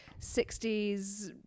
60s